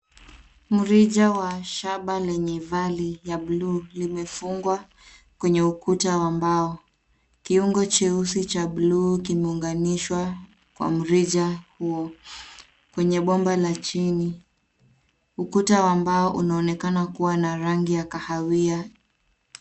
Mrija wa shamba lenye vali ya blue , limefungwa, kwenye ukuta wa mbao. Kiungo cheusi cha blue kimeunganishwa kwa mrija huo, kwenye bomba la chini. Ukuta wa mbao, unaonekana kuwa na rangi ya kahawia.